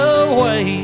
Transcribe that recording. away